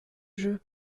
jeu